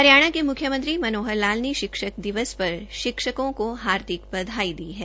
हरियाणा के मुख्यमंत्री मनोहर लाल ने शिक्षक दिवस पर शिक्षकों को हार्दिक बधाई दी है